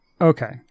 okay